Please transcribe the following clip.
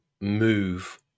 move